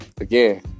again